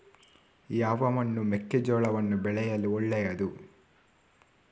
ಯಾವ ಮಣ್ಣು ಮೆಕ್ಕೆಜೋಳವನ್ನು ಬೆಳೆಯಲು ಒಳ್ಳೆಯದು?